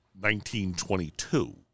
1922